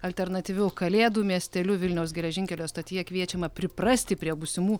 alternatyvių kalėdų miesteliu vilniaus geležinkelio stotyje kviečiama priprasti prie būsimų